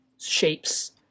shapes